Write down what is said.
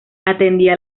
atendía